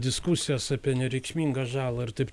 diskusijos apie nereikšmingą žalą ir taip